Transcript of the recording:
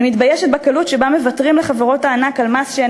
אני מתביישת בקלות שבה מוותרים לחברות הענק על מס שהן